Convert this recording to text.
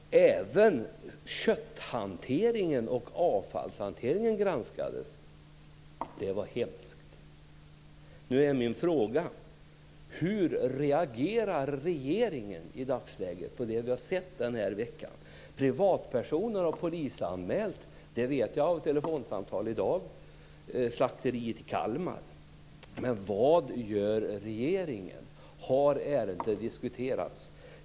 Även kötthanteringen och avfallshanteringen granskades. Det var hemskt. Nu är min fråga: Hur reagerar regeringen i dagsläget på det man har sett den här veckan? Privatpersoner har polisanmält - det vet jag av ett telefonsamtal i dag - slakterier i Kalmar. Men vad gör regeringen? Har ärendet diskuterats?